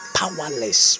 powerless